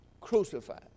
crucified